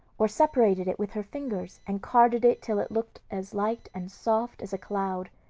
or separated it with her fingers and carded it till it looked as light and soft as a cloud,